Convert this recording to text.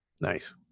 Nice